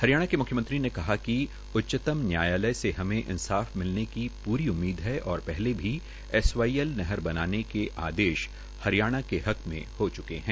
हरियाणा के मुख्यमंत्री ने कहा कि उच्चतम न्यायालय से हमें इसांफ मिलने की पूरी उम्मीद है और पहले ही एसवाईएल नहर बनाने के आदेश हरियाणा के हक मे हो चुके है